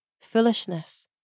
foolishness